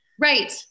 right